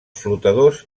flotadors